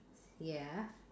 ya